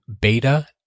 beta